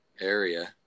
area